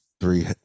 three